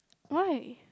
why